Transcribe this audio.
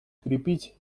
крепить